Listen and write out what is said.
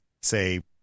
say